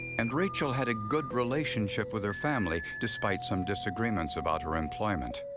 and rachel had a good relationship with her family, despite some disagreements about her employment.